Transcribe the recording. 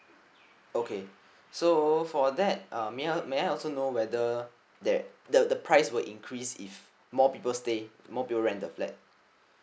okay so for that uh may I may I also know whether that the the price will increase if more people stay more people rent the flat